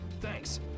Thanks